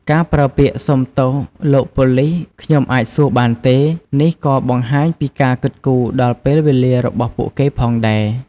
ការប្រើពាក្យ "សុំទោស លោកប៉ូលិស ខ្ញុំអាចសួរបានទេ?" នេះក៏បង្ហាញពីការគិតគូរដល់ពេលវេលារបស់ពួកគេផងដែរ។